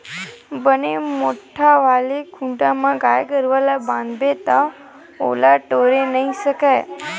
बने मोठ्ठ वाले खूटा म गाय गरुवा ल बांधबे ता ओला टोरे नइ सकय